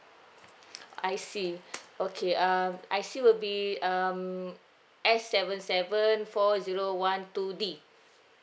I_C okay um I_C will be um S seven seven four zero one two D